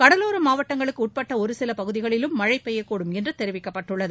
கடலோர மாவட்டங்களுக்குட்பட்ட ஒரு சில பகுதிகளிலும் மழை பெய்யக்கூடும் என்று தெரிவிக்கப்பட்டுள்ளது